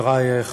תודה רבה,